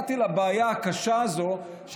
התוודעתי לבעיה הקשה הזאת.